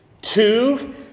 Two